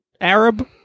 Arab